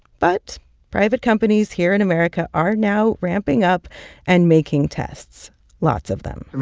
but private companies here in america are now ramping up and making tests lots of them i mean,